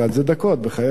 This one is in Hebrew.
זה דקות, בחייך.